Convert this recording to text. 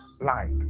light